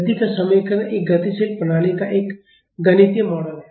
गति का समीकरण एक गतिशील प्रणाली का एक गणितीय मॉडल है